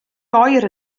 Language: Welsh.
oer